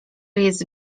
jest